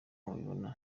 mubibona